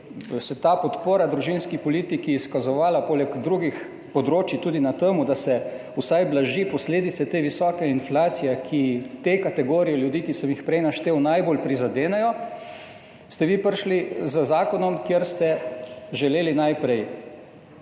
se ta podpora družinski politiki izkazovala poleg drugih področij tudi na tem, da se vsaj blaži posledice te visoke inflacije, ki te kategorije ljudi, ki sem jih prej naštel, najbolj prizadenejo, ste vi prišli z zakonom, kjer ste želeli najprej